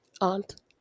aunt